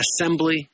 Assembly